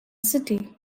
city